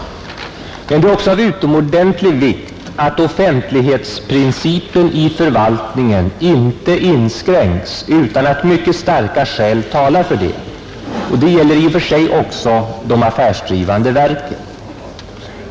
Men det är också av utomordentlig vikt att offentlighetsprincipen i förvaltningen inte inskränks utan att mycket starka skäl talar för detta — och det gäller i och för sig även de affärsdrivande verken.